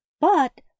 but—